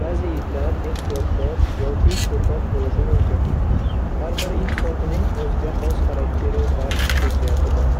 Ba'zi itlar ehtiyotkor yoki qo'rqoq bo'lishi mumkin. Har bir it zotining o'ziga xos xarakteri va xususiyati bor.